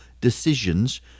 decisions